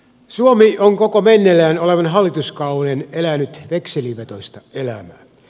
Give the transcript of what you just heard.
suomi on koko meneillään olevan hallituskauden elänyt vekselivetoista elämää